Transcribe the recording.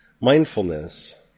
mindfulness